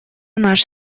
наш